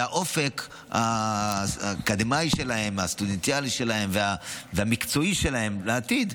האופק האקדמי הסטודנטיאלי והמקצועי שלהם לעתיד,